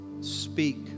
Speak